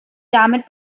damit